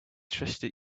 trusted